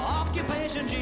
occupation